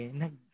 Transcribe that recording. nag